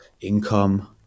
income